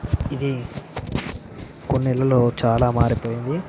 ఇది కొన్ని నెలలో చాలా మారిపోయింది